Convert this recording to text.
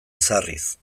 ezarriz